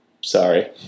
sorry